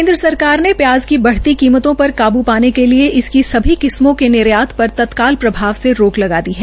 केन्द्र सरकार ने प्याज की बढ़ती कीमतों पर काबू पाने के लिए इसकी सभी किस्मों के निर्यात पर तत्काल प्रभाव से रोक लगा दी है